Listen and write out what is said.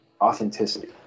authenticity